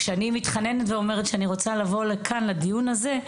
כשאני מתחננת ואומרת שאני רוצה לבוא לכאן לדיון הזה,